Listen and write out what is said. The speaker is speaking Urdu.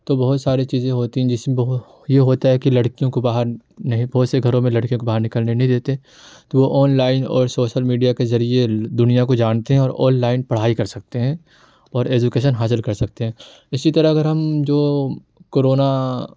تو بہت سارے چیزیں ہوتی ہیں جس میں یہ ہوتا ہے کہ لڑکیوں کو باہر نہیں بہت سے گھروں میں لڑکیوں کو باہر نکلنے نہیں دیتے تو وہ آن لائن اور سوشل میڈیا کے ذریعے دنیا کو جانتے ہیں اور آل لائن پڑھائی کر سکتے ہیں اور ایجوکیشن حاصل کر سکتے ہیں اسی طرح اگر ہم جو کرونا